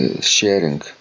sharing